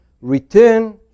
return